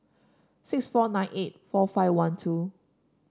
six four nine eight four five one two